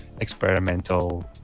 experimental